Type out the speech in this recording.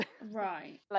Right